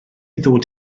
ddod